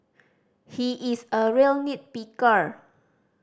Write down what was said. he is a real nit picker